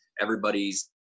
everybody's